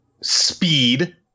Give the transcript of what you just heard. Speed